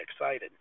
excited